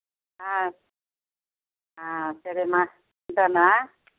సరే అమ్మ ఉంటాను